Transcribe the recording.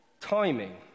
timing